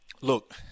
Look